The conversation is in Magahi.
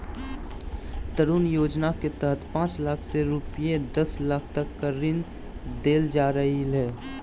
तरुण योजना के तहत पांच लाख से रूपये दस लाख तक का ऋण देल जा हइ